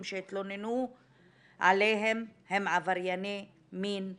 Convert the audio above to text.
שהתלוננו עליהם הם עברייני מין רצידיביסטים.